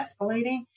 escalating